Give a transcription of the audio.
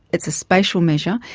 it's a spatial measure,